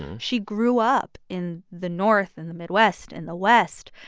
she grew up in the north, in the midwest, in the west.